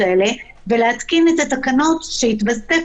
ואלה השיקולים שבגינם בית המשפט יכול לבטל